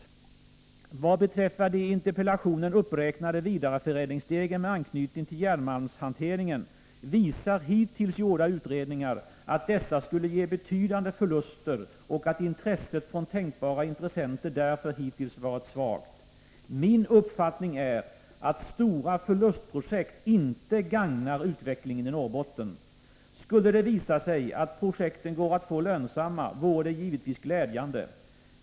Hittills gjorda utredningar visar att de i interpellationen uppräknade vidareförädlingsstegen med anknytning till järnmalmshanteringen skulle ge betydande förluster och att intresset från tänkbara intressenter därför hittills varit svagt. Min uppfattning är att stora förlustprojekt inte gagnar utvecklingen i Norrbotten. Skulle det visa sig att projekten går att få lönsamma vore det givetvis glädjande.